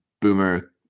Boomer